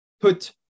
put